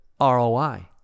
ROI